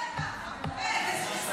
אבל למה לדבר ככה?